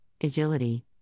agility